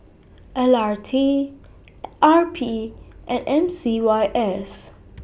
L R T R P and M C Y S